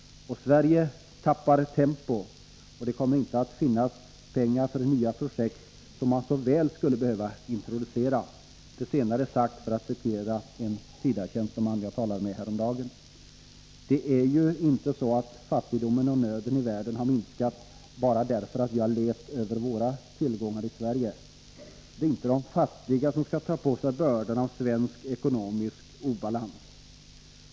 Sverige tappar tempo, och det kommer inte att finnas pengar för nya projekt som man så väl skulle behöva introducera. Det senare sagt av en SIDA-tjänsteman som jag talade med häromdagen. Det är ju inte så att fattigdomen och nöden i världen har minskat bara därför att vi i Sverige har levt över våra tillgångar. Det är inte de fattiga som skall ta på sig bördan av svensk ekonomisk obalans.